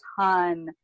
ton